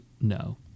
no